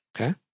Okay